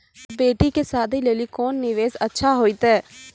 बेटी के शादी लेली कोंन निवेश अच्छा होइतै?